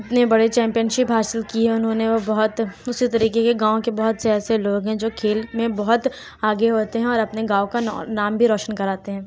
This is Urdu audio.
جتنے بڑے چمپین شپ حاصل کی ہے انہوں نے وہ بہت اسی طریقے کے گاؤں کے بہت سے ایسے لوگ ہیں جو کھیل میں بہت آگے ہوتے ہیں اور اپنے گاؤں کا نام بھی روشن کراتے ہیں